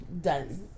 done